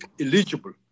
eligible